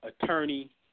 Attorney